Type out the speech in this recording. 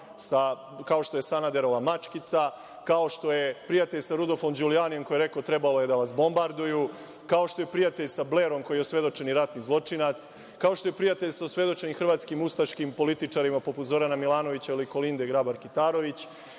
kao što je Sanaderova mačkica, kao što je prijatelj sa Rudolfom Đulijanijem, koji je rekao – trebalo je da vas bombarduju, kao što je prijatelj sa Blerom, koji je osvedočeni ratni zločinac, kao što je prijatelj sa osvedočenim hrvatskim ustaškim političarima poput Zorana Milanovića ili Kolinde Grabar Kitarović. Dakle,